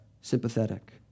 sympathetic